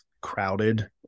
crowded